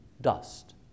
Dust